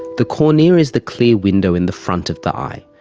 the cornea is the clear window in the front of the eye.